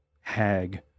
hag